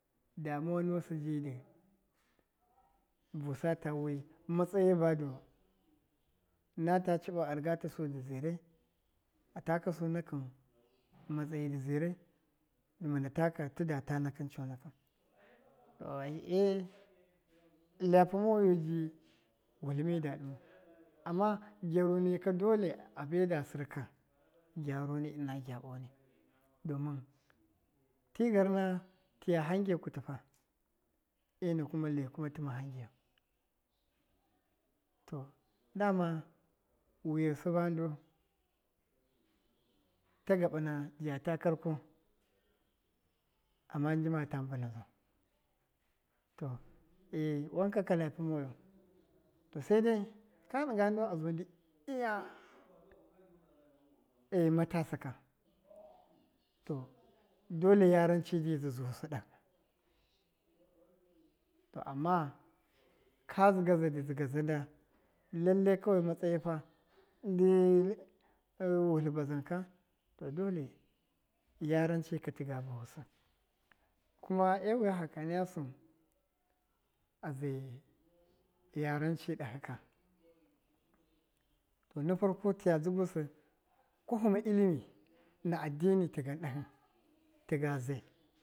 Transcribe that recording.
Damuwa nusɨ tɨdɨ busata matsayi badu nata cɨɓɨ a rigatasu dɨ zɨrai, atakasu nakɨn matsayi dɨ zirai dɨmina taka tidaba nakɨn conakɨn e lapi moyu ji wutlɨmi da ɗɨ mau ama gyaru nika dole ama gyaru nika dole abe da sɨrka gyaruni ɨna gyaɓoni domɨn ti garna tɨya hange kutɨ fa ena kuma le kuma tɨma hangebu to dama wuyasɨ ba ndu ta gaɓɨna nja ta karko ama njɨ mata mbɨna zau to e wankaka lapɨ moyu to sede ka dɨnga ndu a zu ndɨ iya matasa ka to dole yaranci ji zusɨ ɗahɨ, to ama, ka dtɨga za dɨ dzɨgaza nda lallai kawai matsayifa ndɨ wutli bazan ka to dole yaranci ka tɨga bawusɨ kuma ewuya faka naya sɨn ate yaranci ɗahi ka to na farko tiya dzɨgusɨ kwahina illimi na addini tɨgan ɗahɨ, tɨgaze.